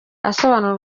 asobanura